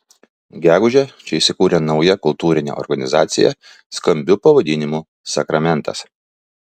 gegužę čia įsikūrė nauja kultūrinė organizacija skambiu pavadinimu sakramentas